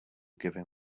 giving